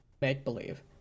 make-believe